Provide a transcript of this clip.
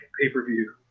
pay-per-view